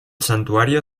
santuario